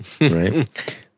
Right